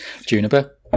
juniper